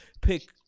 pick